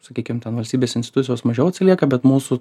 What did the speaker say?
sakykim ten valstybės institucijos mažiau atsilieka bet mūsų